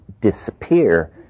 disappear